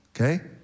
Okay